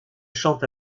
chante